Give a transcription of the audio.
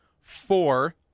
four